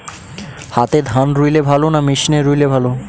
হাতে ধান রুইলে ভালো না মেশিনে রুইলে ভালো?